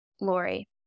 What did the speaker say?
Lori